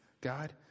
God